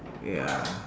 ya